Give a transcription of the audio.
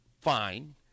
fine